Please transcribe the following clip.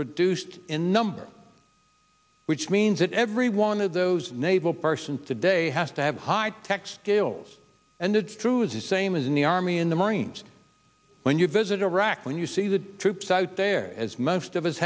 reduced in number which means that every one of those naval person today has to have high tech skills and it's true is the same as in the army in the marines when you visit iraq when you see the troops out there as most of us